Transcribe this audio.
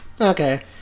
Okay